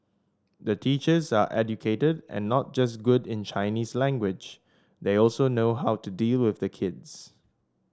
the teachers are educated and not just good in Chinese language they also know how to deal with the kids